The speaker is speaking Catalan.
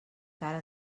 cara